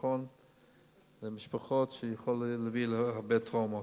חיסכון למשפחות, זה יכול להביא להרבה טראומות.